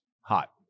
hot